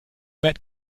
met